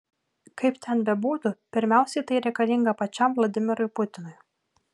kaip ten bebūtų pirmiausiai tai reikalinga pačiam vladimirui putinui